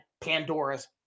Pandora's